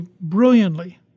brilliantly